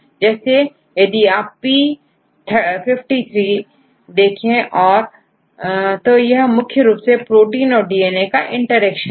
जैसे यदिp53देखें तो यह मुख्य रूप से प्रोटीन और डीएनए इंटरेक्शन है